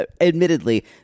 admittedly